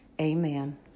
Amen